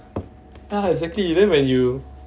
ya exactly then when you